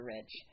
Rich